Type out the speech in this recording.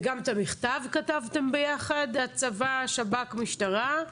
וגם את המכתב כתבתם ביחד הצבא, השב"כ, המשטרה.